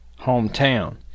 hometown